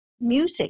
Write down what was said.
music